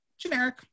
Generic